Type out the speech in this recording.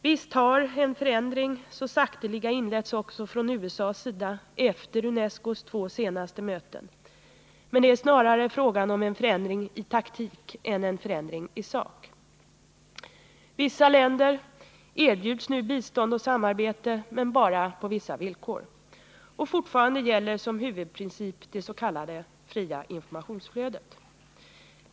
Visst har en förändring så sakteliga inletts också från USA:s sida efter UNESCO:s två senaste möten. Men det är snarare fråga om en förändring i taktik än en förändring i sak. Vissa länder erbjuds nu bistånd och samarbete, men bara på vissa villkor. Och fortfarande gäller som huvudprincip det s.k. fria informationsflödet.